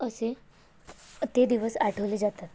असे ते दिवस आठवले जातात